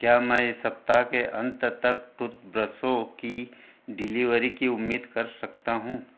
क्या मैं इस सप्ताह के अंत तक टूथब्रसों की डीलीवरी की उम्मीद कर सकता हूँ